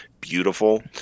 beautiful